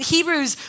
Hebrews